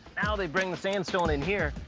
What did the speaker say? now they bring the sandstone in here,